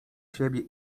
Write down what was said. siebie